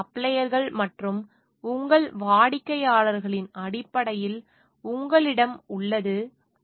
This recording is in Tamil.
உங்கள் சப்ளையர்கள் மற்றும் உங்கள் வாடிக்கையாளர்களின் அடிப்படையில் உங்களிடம் உள்ளது